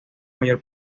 mayor